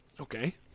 okay